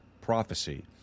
prophecy